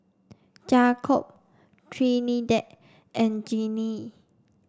Jakob Trinidad and Jeannie